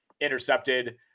intercepted